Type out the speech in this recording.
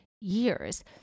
years